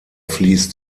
fließt